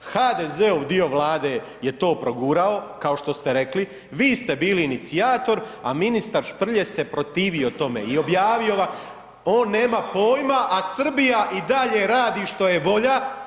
HDZ-ov dio Vlade je to progurao, kao što ste rekli, vi ste bili inicijator, a ministar Šprlje se protivio tome i objavio ga, on nema pojma, a Srbija i dalje radi što je volja.